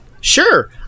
Sure